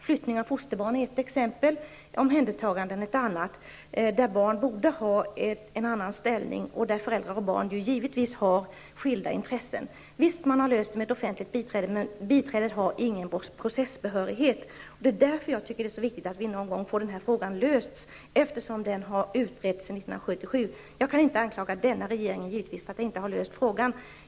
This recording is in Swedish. Flyttning av fosterbarn är ett exempel, och omhändertagande ett annat, där barn borde ha en annan ställning och där föräldrar och barn givetvis har skilda intressen. Man har löst detta genom att inrätta offentligt biträde, men biträdet har ingen processbehörighet. Det är därför som jag tycker att det är så viktigt att vi någon gång får denna fråga löst, eftersom den har utretts sedan 1977. Givetvis kan jag inte anklaga denna regering för att inte ha löst frågan.